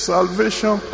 Salvation